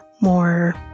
more